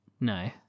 No